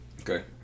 Okay